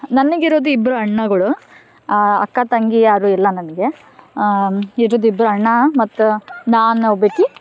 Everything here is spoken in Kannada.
ನನ್ಗೆ ಇರೋದು ಇಬ್ರು ಅಣ್ಣಗಳು ಅಕ್ಕ ತಂಗಿ ಯಾರೂ ಇಲ್ಲ ನನಗೆ ಇರೋದು ಇಬ್ಬರು ಅಣ್ಣ ಮತ್ತು ನಾನು ಒಬ್ಬಾಕಿ